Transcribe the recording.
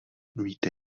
víte